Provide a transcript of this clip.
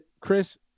Chris